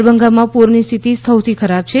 દરભંગામાં પૂરની સ્થિતિ સૌથી ખરાબ છે